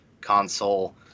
console